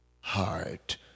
heart